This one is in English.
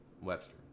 webster